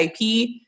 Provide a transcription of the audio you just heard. IP